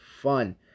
fun